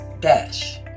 Dash